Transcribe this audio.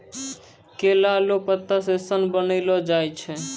केला लो पत्ता से सन बनैलो जाय छै